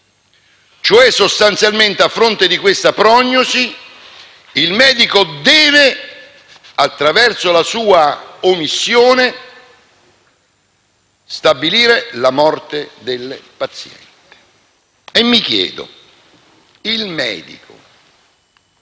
Sostanzialmente, a fronte di questa prognosi, il medico deve, attraverso la sua omissione, stabilire la morte del paziente. E mi chiedo: ma esiste